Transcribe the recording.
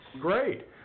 Great